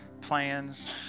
plans